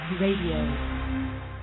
Radio